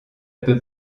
peu